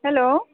hello